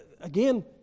again